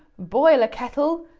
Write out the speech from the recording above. boil a kettle,